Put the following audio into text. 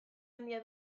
handia